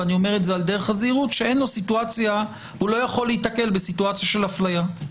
ואני אומר את זה על דרך הזהירות - שלא יכול להיתקל במצב של אפליה.